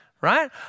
right